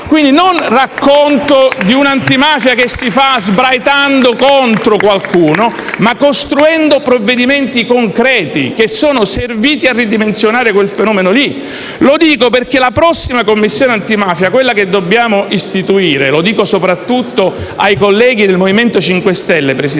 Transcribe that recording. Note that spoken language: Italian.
PD)*; non racconto di un'antimafia che si fa sbraitando contro qualcuno, ma costruendo provvedimenti concreti che sono serviti a ridimensionare quel fenomeno. Lo dico perché la prossima Commissione antimafia, quella che dobbiamo istituire - mi rivolgo soprattutto ai colleghi del MoVimento 5 Stelle - deve